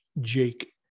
Jake